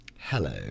Hello